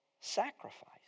sacrifice